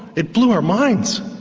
it blew our minds.